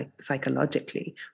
psychologically